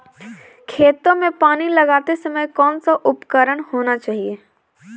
खेतों में पानी लगाते समय कौन सा उपकरण होना चाहिए?